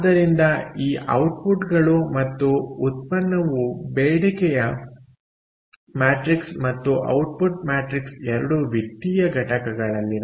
ಆದ್ದರಿಂದ ಈ ಔಟ್ಪುಟ್ಗಳು ಮತ್ತು ಉತ್ಪನ್ನವು ಬೇಡಿಕೆಯ ಮ್ಯಾಟ್ರಿಕ್ಸ್ ಮತ್ತು ಔಟ್ಪುಟ್ ಮ್ಯಾಟ್ರಿಕ್ಸ್ ಎರಡೂ ವಿತ್ತೀಯ ಘಟಕಗಳಲ್ಲಿವೆ